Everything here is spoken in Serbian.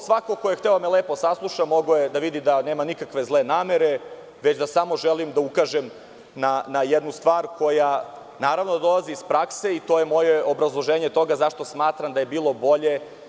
Svako ko je hteo lepo da me sasluša, mogao je da vidi da nema nikakve zle namere, već da samo želim da ukažem na jednu stvar koja naravno da dolazi iz prakse i to je moje obrazloženje toga zašto smatram da je bilo bolje.